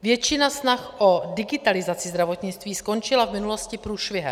Většina snah o digitalizaci zdravotnictví skončila v minulosti průšvihem.